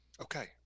Okay